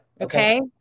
Okay